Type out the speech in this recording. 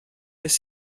beth